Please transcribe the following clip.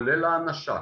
כולל הענשה,